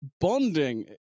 bonding